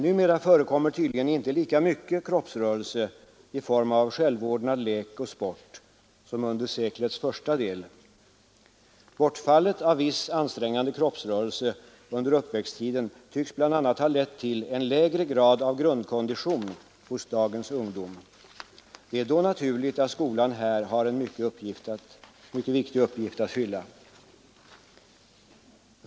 Numera förekommer tydligen inte lika mycket kroppsrörelse i form av självordnad lek och sport som under seklets första del Bortfallet av viss ansträngande kroppsrörelse under uppväxttiden tycks bl.a. ha lett till en lägre grad av grundkondition hos dagens ungdom. Det är då naturligt att skolan här har en mycket viktig uppgift att fylla.